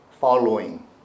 following